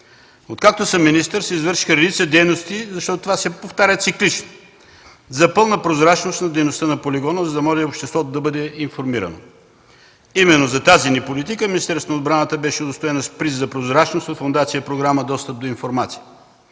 Откакто съм министър се извършиха редица дейности – това се повтаря циклично, за пълна прозрачност на дейността на полигона, за да може обществото да бъде информирано. Именно за тази ни политика Министерството на отбраната беше удостоено с Приз за прозрачност от Фондация „Програма достъп до информацията”.